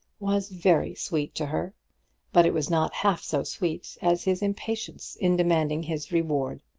was very sweet to her but it was not half so sweet as his impatience in demanding his reward.